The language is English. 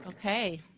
Okay